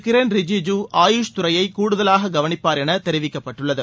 கிரண் ரிஜிஜு ஆயுஷ் துறையை கூடுதலாக கவனிப்பார் என தெரிவிக்கப்பட்டுள்ளது